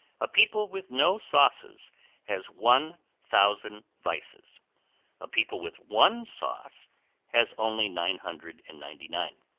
a people with no sauces has one thousand vices a people with one sauce has only nine hundred and ninety-nine.